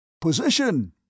Position